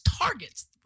targets